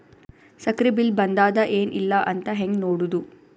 ಸಕ್ರಿ ಬಿಲ್ ಬಂದಾದ ಏನ್ ಇಲ್ಲ ಅಂತ ಹೆಂಗ್ ನೋಡುದು?